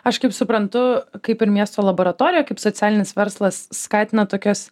aš kaip suprantu kaip ir miesto laboratorija kaip socialinis verslas skatina tokias